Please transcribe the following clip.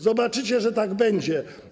Zobaczycie, że tak będzie.